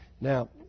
Now